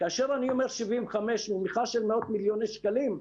כאשר אני א ומר 75 במכרז של מאות מיליוני שקלים,